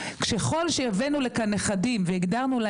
היום בסעיף הנכד,